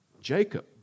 Jacob